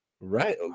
Right